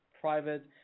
private